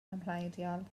amhleidiol